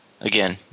again